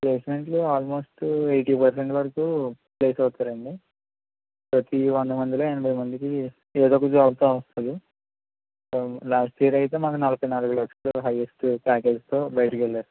ప్లేస్మెంట్లు almost eighty percent వరకు place అవతారండి ప్రతి వందమందిలో ఎనభై మందికి ఏదో ఒక జాబ్ కంప్లసరి వస్తుంది లాస్ట్ ఇయర్ అయితే మనకి నలభై నాలుగు లక్షలు హైయస్ట్ ప్యాకేజీ తో బయటకు వెళ్లారు